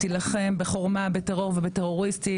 תילחם בחורמה בטרור ובטרוריסטים.